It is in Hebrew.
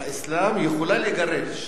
באסלאם יכולה לגרש